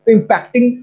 Impacting